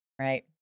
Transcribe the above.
right